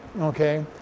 okay